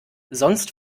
sonst